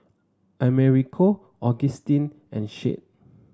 Americo Augustin and Shade